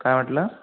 काय म्हटलं